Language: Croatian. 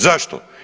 Zašto?